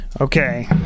Okay